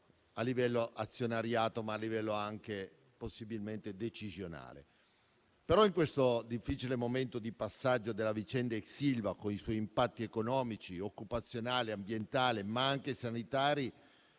a livello di azionariato ma anche possibilmente decisionale. Tuttavia, in questo difficile momento di passaggio della vicenda ex Ilva, coi suoi impatti economici, occupazionali e ambientali, ma anche sanitari,